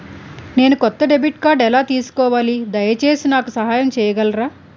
నేను కొత్త డెబిట్ కార్డ్ని ఎలా తీసుకోవాలి, దయచేసి నాకు సహాయం చేయగలరా?